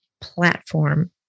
platform